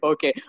Okay